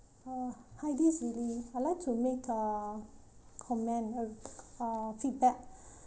uh hi this is lily I'd like to make a comment a uh feedback